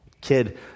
kid